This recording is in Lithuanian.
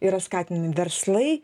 yra skatinami verslai